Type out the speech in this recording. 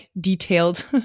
detailed